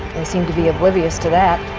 they seem to be oblivious to that.